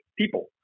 people